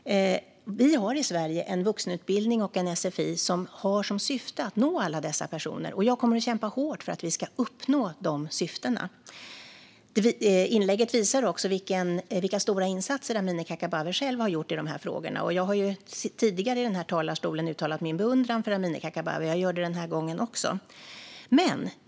Vi har i Sverige en vuxenutbildning och en sfi som har som syfte att nå alla dessa personer. Jag kommer att kämpa hårt för att vi ska uppnå de syftena. Inlägget visar också vilka stora insatser Amineh Kakabaveh själv har gjort i de här frågorna. Jag har tidigare i den här talarstolen uttalat min beundran för Amineh Kakabaveh, och jag gör det också den här gången.